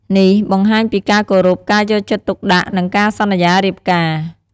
នេះបង្ហាញពីការគោរព ការយកចិត្តទុកដាក់ និងការសន្យារៀបការ។